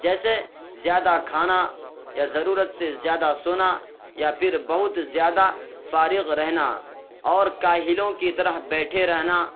جیسے زیادہ کھانا یا ضرورت سے زیادہ سونا یا پھر بہت زیادہ فارغ رہنا اور کاہلوں کی طرح بیٹھے رہنا